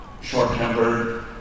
short-tempered